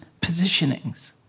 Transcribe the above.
positionings